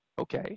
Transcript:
okay